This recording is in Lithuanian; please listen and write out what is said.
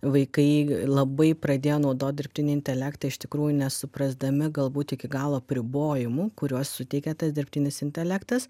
vaikai labai pradėjo naudot dirbtinį intelektą iš tikrųjų nesuprasdami galbūt iki galo apribojimų kuriuos suteikia tas dirbtinis intelektas